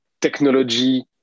technology